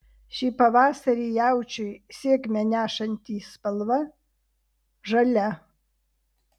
šį pavasarį jaučiui sėkmę nešantį spalva žalia